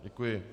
Děkuji.